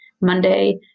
Monday